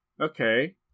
Okay